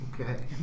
Okay